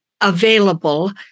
available